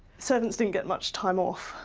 servants didn't get much time off,